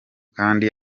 kandi